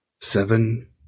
Seven